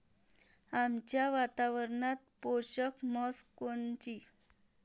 आमच्या वातावरनात पोषक म्हस कोनची?